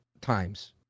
times